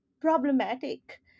problematic